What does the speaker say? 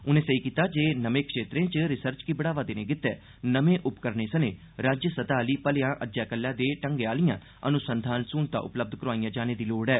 उन्ने सेई कीता जे नमें क्षेत्रे च रिसर्च गी बढ़ावा देने गितै नमें उपकरणें सने राज्य स्तह आहली भलेयां अजै कल्लै दे ढंग्गें आहलियां अनुसंधान सह् लतां उपलब्ध करोआइयां जाना लोड़चदियां न